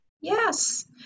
Yes